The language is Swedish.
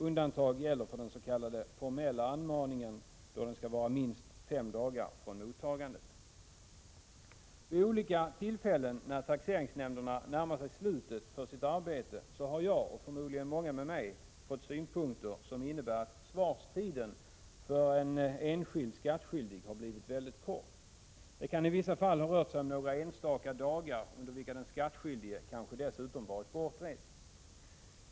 Undantag gäller för den s.k. formella anmaningen, då svarsfristen skall vara minst fem dagar från mottagandet. Vid olika tillfällen när taxeringsnämnderna närmar sig slutet för sitt arbete har jag, och förmodligen många med mig, fått synpunkter som innebär att svarstiden för en enskild skattskyldig blivit mycket kort. Det kan ii vissa fall ha rört sig om några enstaka dagar under vilka den skattskyldige kanske dessutom varit bortrest.